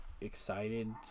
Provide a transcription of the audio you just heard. excited